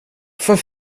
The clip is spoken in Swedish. för